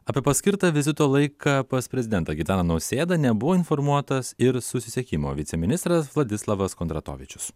apie paskirtą vizito laiką pas prezidentą gitaną nausėdą nebuvo informuotas ir susisiekimo viceministras vladislavas kondratovičius